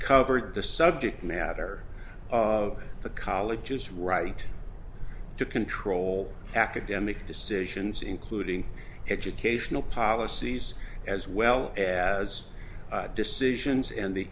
covered the subject matter of the college's right to control academic decisions including educational policies as well as decisions in the